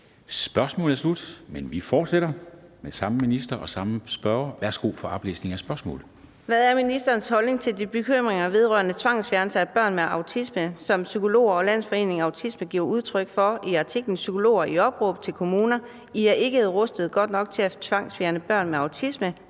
Dam Kristensen): Værsgo for oplæsning af spørgsmålet. Kl. 13:21 Karina Adsbøl (DF): Hvad er ministerens holdning til de bekymringer vedrørende tvangsfjernelse af børn med autisme, som psykologer og Landsforeningen Autisme giver udtryk for i artiklen »Psykologer i opråb til kommuner: »I er ikke rustet godt nok til at tvangsfjerne børn med autisme««